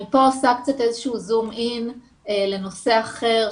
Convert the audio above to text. אני פה עושה זום-אין לנושא אחר,